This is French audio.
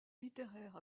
littéraire